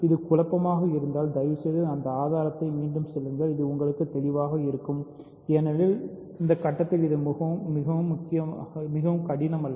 இது குழப்பமாக இருந்தால் தயவுசெய்து இந்த ஆதாரத்திர்க்கு மீண்டும் செல்லுங்கள் அது உங்களுக்கு தெளிவாக இருக்கும் ஏனெனில் இந்த கட்டத்தில் இது மிகவும் கடினம் அல்ல